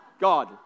God